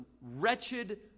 wretched